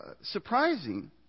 surprising